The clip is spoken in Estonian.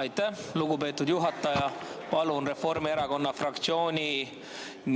Aitäh, lugupeetud juhataja! Palun Reformierakonna fraktsiooni